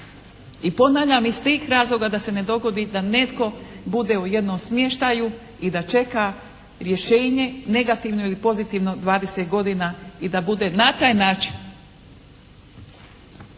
I ponavljam iz tih razloga da se ne dogodi da netko bude u jednom smještaju i da čeka rješenje negativno ili pozitivno 20 godina i da bude na taj način